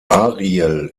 ariel